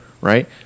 right